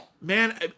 man